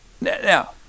Now